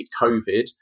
COVID